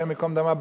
השם ייקום דמה,